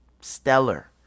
stellar